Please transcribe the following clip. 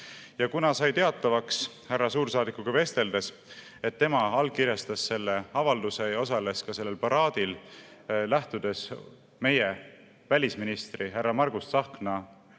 Ja kuna sai teatavaks härra suursaadikuga vesteldes, et tema allkirjastas selle avalduse ja osales ka sellel paraadil, lähtudes meie välisministri härra Margus Tsahkna